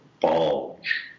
Bulge